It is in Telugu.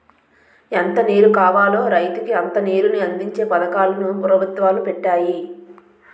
ఎంత నీరు కావాలో రైతుకి అంత నీరుని అందించే పథకాలు ను పెభుత్వాలు పెట్టాయి